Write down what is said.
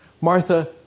Martha